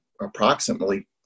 approximately